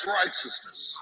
righteousness